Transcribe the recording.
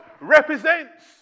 represents